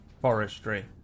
forestry